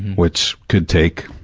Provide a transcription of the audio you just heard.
which could take,